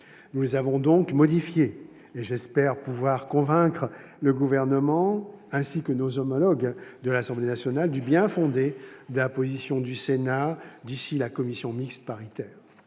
Nous les avons donc modifiés, et j'espère pouvoir convaincre le Gouvernement, ainsi que nos homologues de l'Assemblée nationale, du bien-fondé de la position du Sénat d'ici à la commission mixte paritaire.